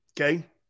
Okay